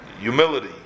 humility